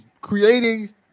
creating